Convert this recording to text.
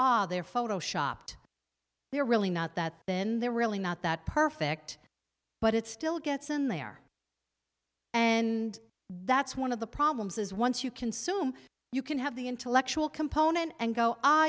all their photo shopped they're really not that then they're really not that perfect but it still gets in there and that's one of the problems is once you consume you can have the intellectual component and go